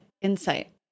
Insight